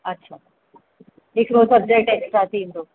अच्छा हिकिड़ो subject extra थींदो